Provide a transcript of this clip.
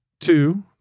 Two